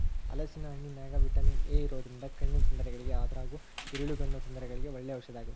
ಹಲೇಸಿನ ಹಣ್ಣಿನ್ಯಾಗ vitamin A ಇರೋದ್ರಿಂದ ಕಣ್ಣಿನ ತೊಂದರೆಗಳಿಗೆ ಅದ್ರಗೂ ಇರುಳುಗಣ್ಣು ತೊಂದರೆಗಳಿಗೆ ಒಳ್ಳೆ ಔಷದಾಗೇತಿ